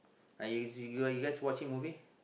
I you you guys watching movie